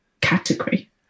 category